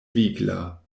vigla